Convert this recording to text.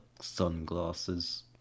sunglasses